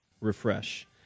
Refresh